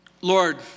Lord